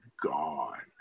gone